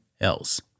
else